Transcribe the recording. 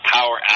Power